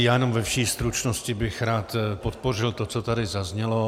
Já jenom ve vší stručnosti bych rád podpořil to, co tady zaznělo.